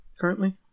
currently